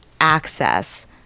access